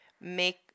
make